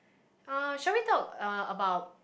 uh shall we talk uh about